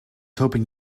hoping